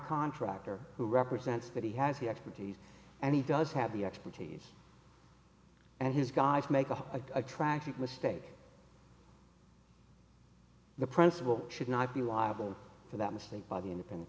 contractor who represents that he has the expertise and he does have the expertise and his guys make a tragic mistake the principal should not be liable for that mistake by the